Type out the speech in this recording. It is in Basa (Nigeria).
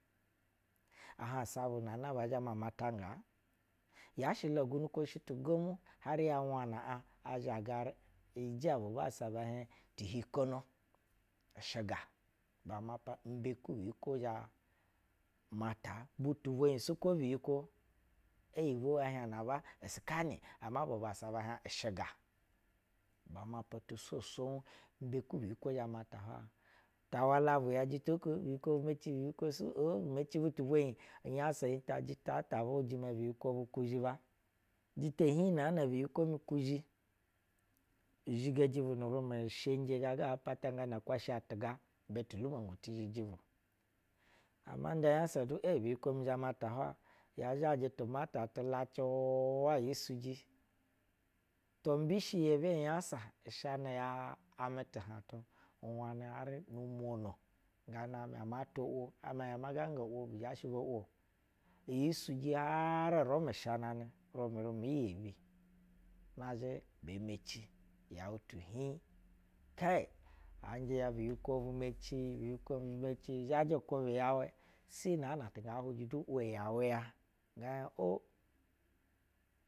Ahansa bun a ngabɛ zhɛ ma matanga? Yashɛ la egwunukwoshi tu jɛmɛ ha rya bwana ah ahzga rijɛ bu bassa bɛ hiɛn tihikono ushiga ba mapa imbeku biyi kwo ga zhɛ mataa? Butu bwe nyi su kwo biyikwo? Oyibwo ɛhiɛh inɛ aba iska nin bu bassa be hieh ushiga ba mapa tu swoh swob biyi kwo zhɛ mata. Fa walabu ya jita ko biyikwo meci biyikwo su oo bu meci butubwenyi, myasa mi ta jita abu hwuje ma biyikwo bu kwuzhi ba. Jita hib na na biyikwo mi kwuzhi izhigeji nu rumɛ shenje gaaga a patangama nkwasha tuga ibɛ tu lumongu ti zhiji bu ma nda nyasa biyikwo mi zhɛ mata hwai ya zhajɛ tu mata tu lacɛ uwaa iyi suki to mbishi ya iyi be nyasa n shanɛ ya amɛ tuhantu inwanɛ har nim wino nga namɛ amatwa’ wo amɛ ga ngo bu zhɛ bo ‘wo. Iyi suji ya har urumɛ shɛ ana-nɛ urumɛ tumɛ iyebi na zhɛ bee meci, yeu cwɛb’ wo ɛh! Anjɛ ya biyi kwo bu meci, biyikwo bu meci zhajɛ kwubɛ yɛu, sai naan a tun ga hwajɛ du wo yɛu ya ngɛɛ o.